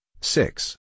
six